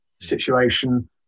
situation